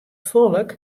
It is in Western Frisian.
folk